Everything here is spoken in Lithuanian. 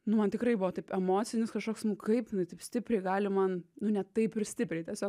nu man tikrai buvo taip emocinis kažkoks nu kaip jinai taip stipriai gali man nu ne taip ir stipriai tiesiog